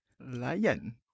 Lion